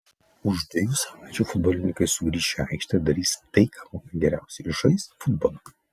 už dviejų savaičių futbolininkai sugrįš į aikštę ir darys tai ką moka geriausiai žais futbolą